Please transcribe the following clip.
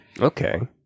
Okay